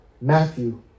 Matthew